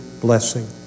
blessing